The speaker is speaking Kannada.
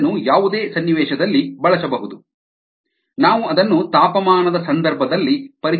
ಇದನ್ನು ಯಾವುದೇ ಸನ್ನಿವೇಶದಲ್ಲಿ ಬಳಸಬಹುದು ನಾವು ಅದನ್ನು ತಾಪಮಾನದ ಸಂದರ್ಭದಲ್ಲಿ ಪರಿಚಯಿಸುತ್ತೇವೆ